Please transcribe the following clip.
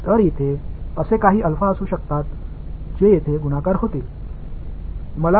எனவே இங்கே சில ஆல்பாக்கள் இருக்கலாம்